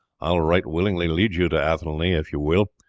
i will right willingly lead you to athelney if you will,